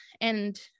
and-